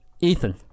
Ethan